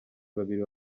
babiri